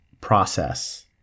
process